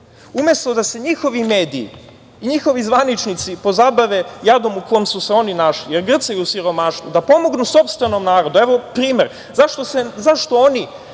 da se njihovi mediji, njihovi zvaničnici pozabave jadom u kom su se oni našli, jer grcaju u siromaštvu, da pomognu sopstvenom narodu… Evo primer, zašto oni